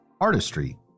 artistry